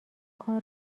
کار